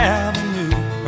Avenue